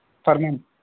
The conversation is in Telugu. ఫర్మిన్